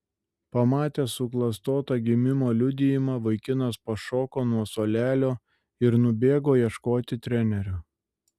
pamatęs suklastotą gimimo liudijimą vaikinas pašoko nuo suolelio ir nubėgo ieškoti trenerio